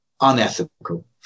unethical